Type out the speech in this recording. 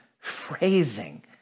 phrasing